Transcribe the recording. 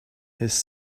his